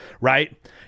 right